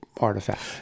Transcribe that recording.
artifact